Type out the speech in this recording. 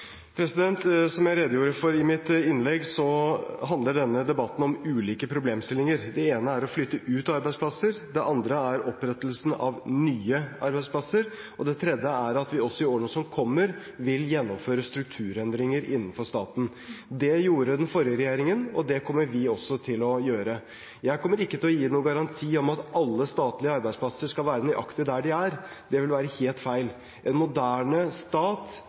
Som jeg redegjorde for i mitt innlegg, handler denne debatten om ulike problemstillinger. Det ene er å flytte ut arbeidsplasser, det andre er opprettelse av nye arbeidsplasser, og det tredje er at vi også i årene som kommer vil gjennomføre strukturendringer innenfor staten. Det gjorde den forrige regjeringen, og det kommer vi også til å gjøre. Jeg kommer ikke til å gi noen garanti om at alle statlige arbeidsplasser skal være nøyaktig der de er. Det ville være helt feil. En moderne stat